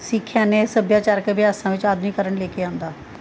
ਸਿੱਖਿਆ ਨੇ ਸੱਭਿਆਚਾਰਕ ਅਭਿਆਸਾਂ ਵਿੱਚ ਆਧੁਨਿਕਰਨ ਲੈ ਕੇ ਆਉਂਦਾ